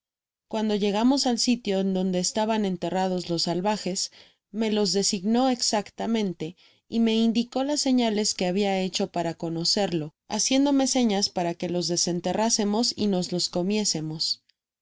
cuando llegamos al sitio en donde estaban enterrados los salvajes me ios designó exactamente y me indicó las señales que hadia aecho pa ra conocerlo haciéndome señas para que los desenterrándonos y nos los comiésemos a